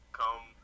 come